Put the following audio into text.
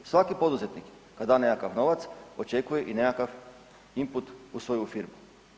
Svaki poduzetnik kad da nekakav novac očekuje i nekakav input u svoju firmu.